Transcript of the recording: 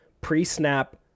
pre-snap